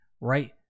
right